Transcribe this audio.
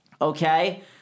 okay